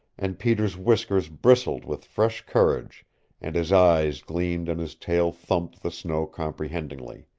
and peter's whiskers bristled with fresh courage and his eyes gleamed and his tail thumped the snow comprehendingly.